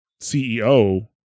CEO